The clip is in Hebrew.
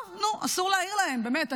טוב, נו, אסור להעיר להם, באמת.